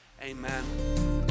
Amen